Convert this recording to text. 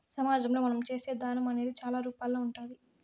సమాజంలో మనం చేసే దానం అనేది చాలా రూపాల్లో ఉంటాది